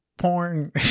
porn